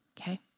okay